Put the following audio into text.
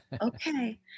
okay